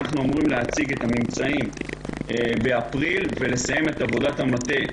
אנחנו אמורים להציג את הממצאים באפריל ולסיים את עבודת המטה,